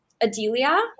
Adelia